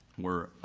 we're